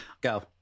go